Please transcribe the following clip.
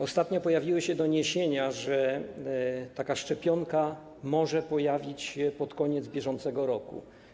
Ostatnio pojawiły się doniesienia, że taka szczepionka może pojawić się pod koniec bieżącego roku.